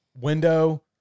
window